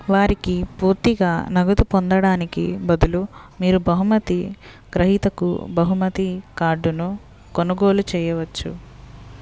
వారికి పూర్తిగా నగదు పొందడానికి బదులు మీరు బహుమతి గ్రహీతకు బహుమతి కార్డును కొనుగోలు చేయవచ్చు